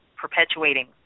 perpetuating